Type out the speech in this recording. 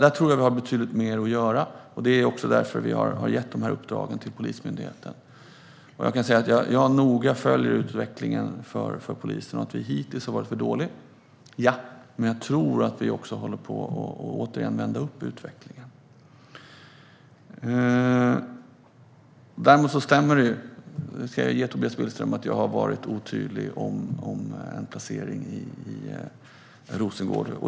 Där tror jag att vi har betydligt mer att göra. Det är också därför vi har gett de här uppdragen till Polismyndigheten. Jag följer utvecklingen för polisen noga. Hittills har det varit för dåligt. Men jag tror att vi håller på att vända utvecklingen igen. Jag ska däremot ge Tobias Billström rätt i att jag har varit otydlig när det gäller en placering i Rosengård.